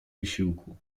wysiłku